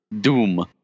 Doom